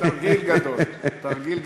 תרגיל גדול, תרגיל גדול.